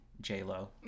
j-lo